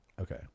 Okay